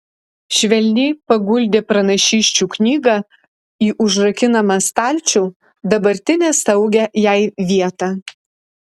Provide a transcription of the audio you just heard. švelniai paguldė pranašysčių knygą į užrakinamą stalčių dabartinę saugią jai vietą